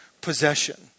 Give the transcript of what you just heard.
possession